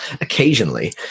occasionally